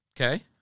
Okay